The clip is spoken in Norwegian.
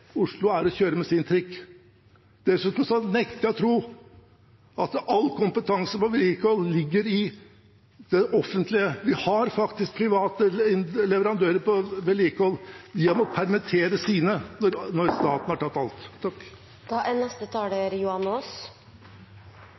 Oslo er med sin trikk. Dessuten nekter jeg å tro at all kompetanse på vedlikehold ligger i det offentlige. Vi har faktisk private leverandører av vedlikehold. De må permittere sine når staten har tatt alt.